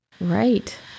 Right